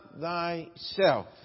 thyself